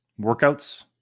workouts